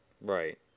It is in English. right